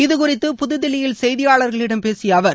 இது குறித்து புதுதில்லியில் செய்தியாளர்களிடம் பேசிய அவர்